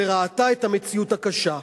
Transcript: וראתה את המציאות הקשה.